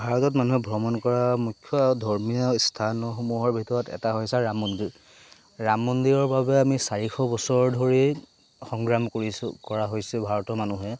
ভাৰতত মানুহে ভ্ৰমণ কৰা মুখ্য ধৰ্মীয় স্থানসমূহৰ ভিতৰত এটা হৈছে ৰাম মন্দিৰ ৰাম মন্দিৰৰ বাবে আমি চাৰিশ বছৰ ধৰি সংগ্ৰাম কৰিছোঁ কৰা হৈছে ভাৰতৰ মানুহে